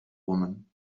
woman